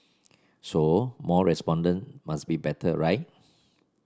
so more respondents must be better right